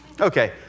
Okay